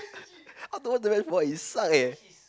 how to watch the match for what he suck eh